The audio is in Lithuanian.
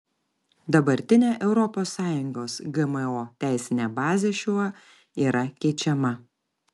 dabartinė europos sąjungos gmo teisinė bazė šiuo yra keičiama